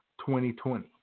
2020